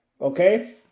Okay